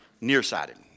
Nearsighted